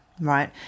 right